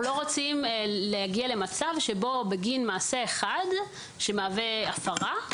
אנחנו לא רוצים להגיע למצב שבו בגין מעשה אחד שמהווה הפרה,